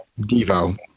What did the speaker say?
Devo